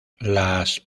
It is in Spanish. las